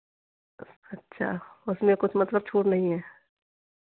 अच्छा उसमें कुछ मतलब छूट नहीं है